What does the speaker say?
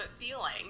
feeling